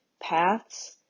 paths